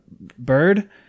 bird